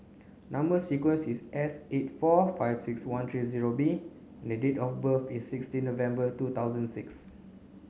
number sequence is S eight four five six one three zero B date of birth is sixteen November two thousand six